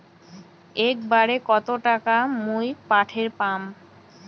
একবারে কত টাকা মুই পাঠের পাম?